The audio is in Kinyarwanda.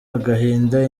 agahinda